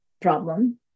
problem